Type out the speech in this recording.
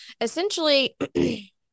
essentially